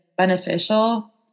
Beneficial